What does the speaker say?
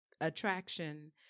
attraction